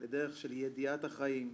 לדרך של ידיעת החיים.